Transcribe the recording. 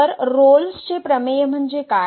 तर रोल्सचे Rolle'sप्रमेय म्हणजे काय